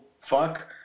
fuck